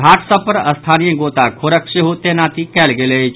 घाट सभ पर स्थानीय गोताखोरक सेहो तैनाती कयल गेल अछि